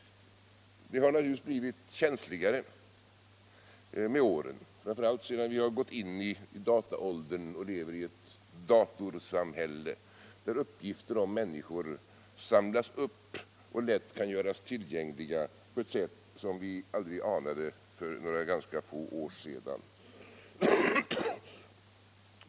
Det har naturligtvis blivit känsligare med åren, framför allt sedan vi har gått in i dataåldern och lever i ett datorsamhälle, där uppgifter om människor samlas upp och lätt kan göras tillgängliga på ett sätt som vi aldrig anade för ganska få år sedan.